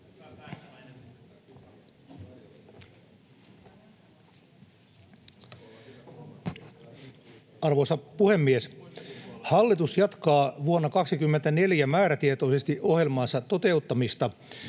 Arvoisa puhemies! Hallitus jatkaa vuonna 24 määrätietoisesti ohjelmansa toteuttamista.